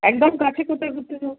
একদম কাছে কোথায় ঘুরতে যাবো